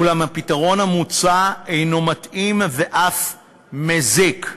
אולם הפתרון המוצע אינו מתאים, ואף מזיק.